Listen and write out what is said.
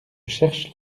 cherche